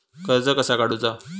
कर्ज कसा काडूचा?